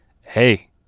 hey